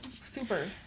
Super